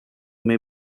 may